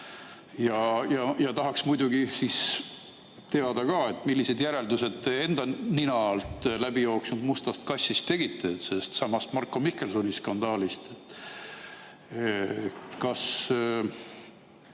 Tahaks muidugi teada ka, millised järeldused te enda nina alt läbi jooksnud mustast kassist tegite, sellestsamast Marko Mihkelsoni skandaalist. Kas